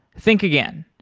think again.